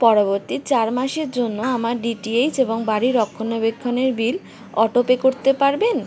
পরবর্তী চার মাসের জন্য আমার ডিটিএইচ এবং বাড়ি রক্ষণাবেক্ষণের বিল অটোপে করতে পারবেন